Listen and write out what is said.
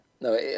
No